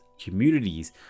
communities